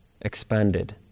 expanded